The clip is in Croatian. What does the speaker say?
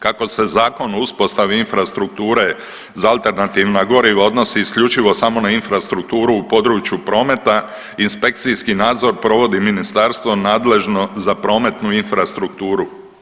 Kako se zakon o uspostavi infrastrukture za alternativna goriva odnosi isključivo samo u infrastrukturu u području prometa, inspekcijski nadzor provodi ministarstvo nadležno za prometnu infrastrukturu.